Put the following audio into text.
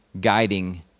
guiding